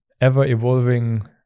ever-evolving